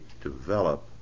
develop